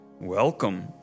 Welcome